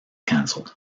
cancelled